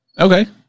Okay